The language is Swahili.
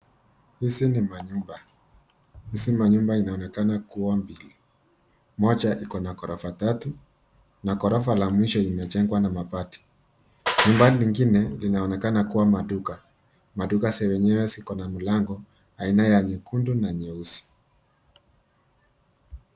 Hizi ni manyumba. Hizi manyumba inaonekana kuwa mbili. Moja iko na ghorofa tatu na ghorofa la mwisho imejengwa na mabati. Nyumba lingine linaonekana kuwa maduka. Maduka za wenyewe ziko na milango, aina ya nyekundu na nyeusi.